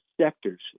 sectors